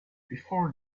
before